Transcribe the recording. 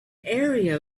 area